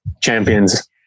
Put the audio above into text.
champions